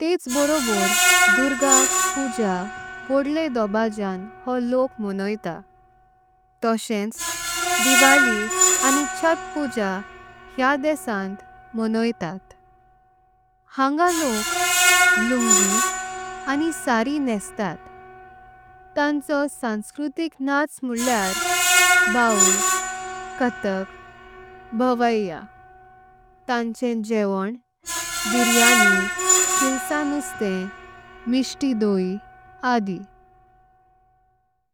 तेंच बरोबर। दुर्गा पूजा व्होड्डले धोबाजियां हो लोक मणोईता। तोंच दिवाळी आनी छठ पूजा ह्या देशांत मणोईतत। हंगा लोक लुंगी आनी साड़ी नेस्तत तांचो संस्कृतिक। नाच म्हल्ल्यार बाऊल, कथक, भावैया तांचे। जेवण बिर्याणी, हिल्सा नुस्ते, मिठाई दोई आदि।